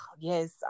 yes